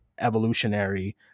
Evolutionary